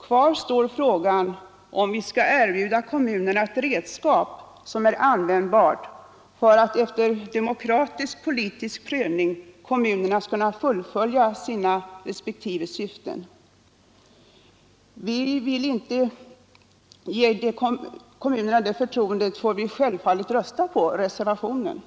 Kvar står frågan, om vi skall erbjuda kommunerna ett redskap som är användbart för att de efter en demokratisk, politisk prövning skall kunna fullfölja sina respektive syften. Vill vi inte ge kommunerna det förtroendet, får vi självfallet rösta på reservationen.